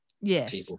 yes